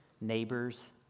neighbors